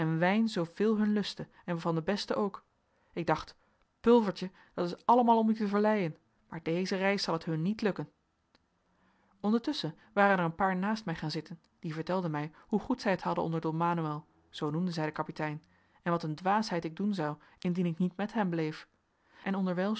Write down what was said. wijn zooveel hun lustte en van den besten ook ik dacht pulvertje dat is allemaal om u te verleien maar deze reis zal het hun niet lukken ondertusschen waren er een paar naast mij gaan zitten die vertelden mij hoe goed zij het hadden onder don manoël zoo noemden zij den kapitein en wat een dwaasheid ik doen zou indien ik niet met hen bleef en onderwijl